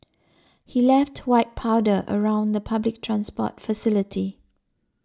he left white powder around the public transport facility